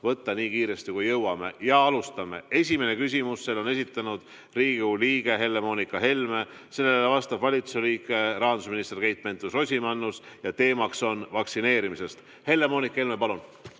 võtta nii kiiresti, kui jõuame. Alustame. Esimene küsimus. Selle on esitanud Riigikogu liige Helle-Moonika Helme, sellele vastab valitsuse liige rahandusminister Keit Pentus-Rosimannus ja teema on vaktsineerimine. Helle-Moonika Helme, palun!